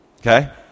Okay